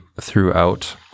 throughout